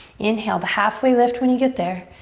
inhale to halfway lift when you get there.